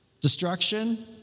Destruction